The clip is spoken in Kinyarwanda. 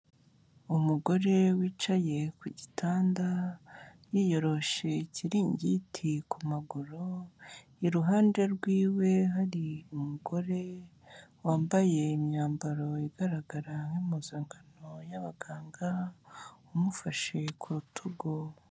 Umugore wicaye ku gitanda yiyoroshe ikiringiti ku maguru, iruhande rwiwe hari umugore wambaye imyambaro igaragara nk'impuzangano y'abaganga umufashe ku rutugu.